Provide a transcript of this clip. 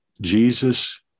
Jesus